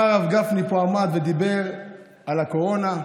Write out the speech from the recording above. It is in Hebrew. הרב גפני עמד פה ודיבר על הקורונה,